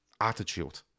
attitude